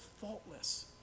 faultless